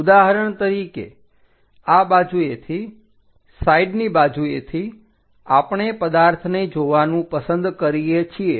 ઉદાહરણ તરીકે આ બાજુએથી સાઇડની બાજુએથી આપણે પદાર્થને જોવાનું પસંદ કરીએ છીએ